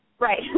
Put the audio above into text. Right